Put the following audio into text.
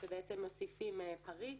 בעצם מוסיפים פריט